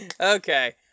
Okay